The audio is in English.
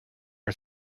are